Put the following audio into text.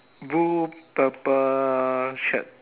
blue purple shirt